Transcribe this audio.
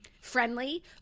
friendly